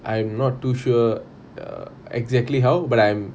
I am not too sure err exactly how but I'm